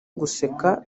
guseka